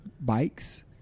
bikes